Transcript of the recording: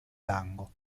tango